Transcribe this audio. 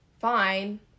fine